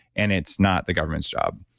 and it's not the government's job.